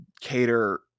cater